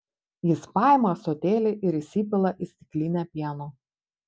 jis paima ąsotėlį ir įsipila į stiklinę pieno